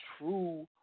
true